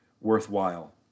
worthwhile